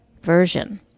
version